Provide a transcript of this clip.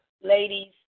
ladies